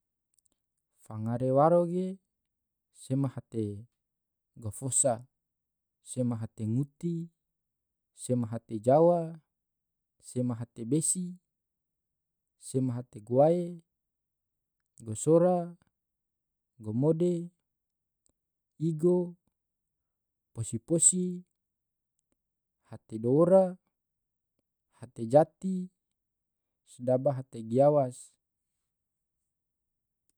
fangare waro ge sema hate gafosa, sema hate nguti, sema hate jawa, sema hate besi, sema hate gowae, gosora, gomode, igo, posi-posi. hate dowora. hate jati sedaba hate giawas.